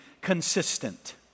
consistent